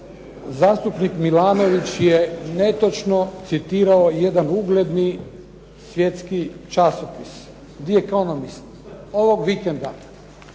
Zastupnik Milanović je netočno citirao jedan ugledni svjetski časopis "The economist", ovog vikenda,